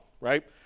right